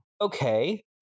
okay